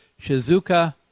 Shizuka